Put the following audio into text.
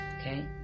okay